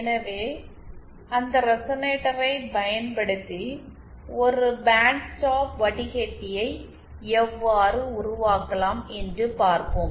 எனவே அந்த ரெசனேட்டரைப் பயன்படுத்தி ஒரு பேண்ட் ஸ்டாப் வடிகட்டியை எவ்வாறு உருவாக்கலாம் என்று பார்ப்போம்